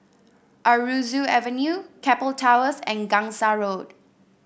Aroozoo Avenue Keppel Towers and Gangsa Road